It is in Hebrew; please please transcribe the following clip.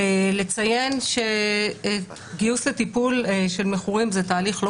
לציין שגיוס לטיפול של מכורים זה תהליך לא